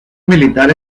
militar